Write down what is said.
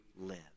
live